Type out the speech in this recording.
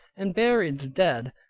and buried the dead,